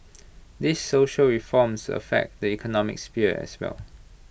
these social reforms affect the economic sphere as well